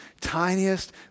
tiniest